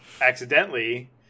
accidentally